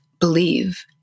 believe